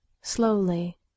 slowly